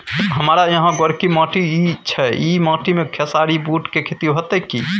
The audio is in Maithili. हमारा यहाँ गोरकी माटी छै ई माटी में खेसारी, बूट के खेती हौते की?